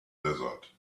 desert